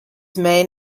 main